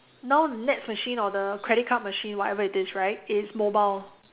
now nets machine or the credit card machine whatever it is right is mobile